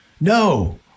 No